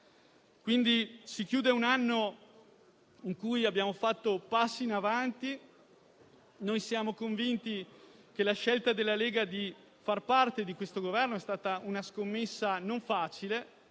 Si chiude un anno in cui abbiamo fatto passi in avanti. Noi siamo convinti che la scelta della Lega di far parte di questo Governo sia stata una scommessa non facile.